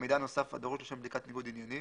"מידע נוסף הדרוש לשם בדיקת ניגוד עניינים"